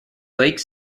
lake